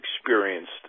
experienced